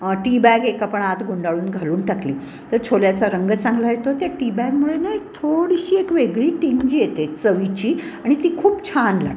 T bag एक आपण आत गुंडाळून घालून टाकली तर छोल्याचा रंग चांगला येतो त्या टी बॅगमुळे ना एक थोडीशी एक वेगळी टिंज जी येते चवीची आणि ती खूप छान लागते